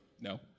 No